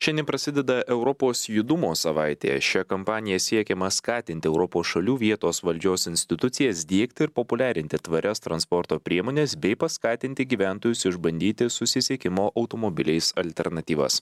šiandien prasideda europos judumo savaitė šia kampanija siekiama skatinti europos šalių vietos valdžios institucijas diegti ir populiarinti tvarias transporto priemones bei paskatinti gyventojus išbandyti susisiekimo automobiliais alternatyvas